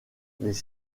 les